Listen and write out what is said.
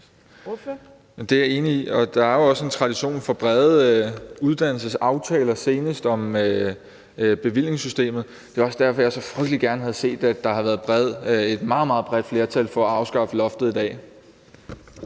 det er jeg enig i. Der er også tradition for brede uddannelsesaftaler, senest var det om bevillingssystemet. Det er også derfor, jeg så frygtelig gerne havde set, at der var et meget, meget bredt flertal for at afskaffe loftet i dag.